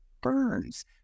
Burns